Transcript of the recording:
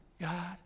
God